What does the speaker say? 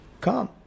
Come